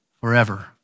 forever